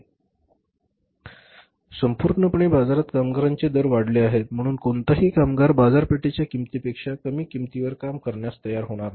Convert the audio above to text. उदाहरणार्थ संपूर्णपणे बाजारात कामगारांचे दर वाढले आहेत म्हणून कोणताही कामगार बाजारपेठेच्या किंमतीपेक्षा कमी किंमतीवर काम करण्यास तयार होणार नाही